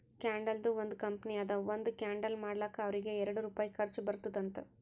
ಕ್ಯಾಂಡಲ್ದು ಒಂದ್ ಕಂಪನಿ ಅದಾ ಒಂದ್ ಕ್ಯಾಂಡಲ್ ಮಾಡ್ಲಕ್ ಅವ್ರಿಗ ಎರಡು ರುಪಾಯಿ ಖರ್ಚಾ ಬರ್ತುದ್ ಅಂತ್